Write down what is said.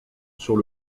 sur